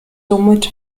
somit